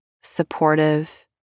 supportive